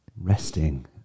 resting